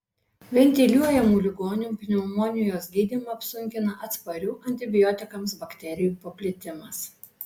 ventiliuojamų ligonių pneumonijos gydymą apsunkina atsparių antibiotikams bakterijų paplitimas